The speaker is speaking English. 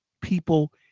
people